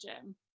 gym